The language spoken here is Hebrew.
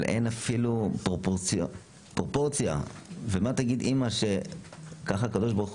אבל אין אפילו פרופורציה ומה תגיד אמא שככה הקדוש ברוך